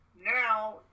now